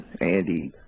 Andy